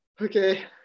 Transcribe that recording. Okay